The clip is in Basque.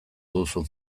duzu